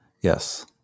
Yes